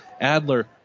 Adler